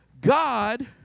God